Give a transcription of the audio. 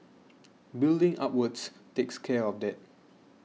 building upwards takes care of that